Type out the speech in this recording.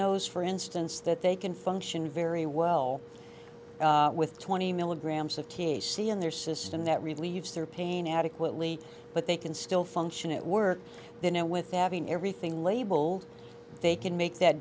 knows for instance that they can function very well with twenty milligrams of t h c in their system that relieves their pain adequately but they can still function at work they know without being everything labeled they can make that